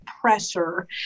pressure